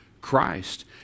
Christ